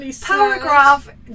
paragraph